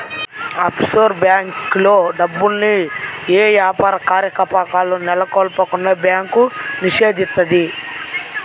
offshore బ్యేంకుల్లో డబ్బుల్ని యే యాపార కార్యకలాపాలను నెలకొల్పకుండా బ్యాంకు నిషేధిత్తది